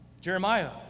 Jeremiah